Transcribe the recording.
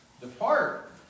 Depart